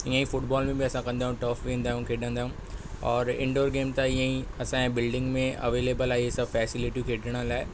इहा ई फुटबॉल में असां कंदा आहियूं टॉप ईंदा आहियूं खेॾंदा फियूं और इंडोर गेम त इहा ई असांजे बिल्डिंग में अवेलेबल आहे इहे सभु फैसिलिटियूं खेॾण लाइ